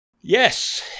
Yes